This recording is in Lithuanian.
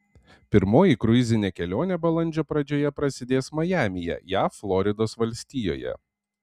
pirmoji kruizinė kelionė balandžio pradžioje prasidės majamyje jav floridos valstijoje